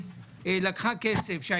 אני